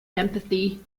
empathy